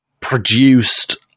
produced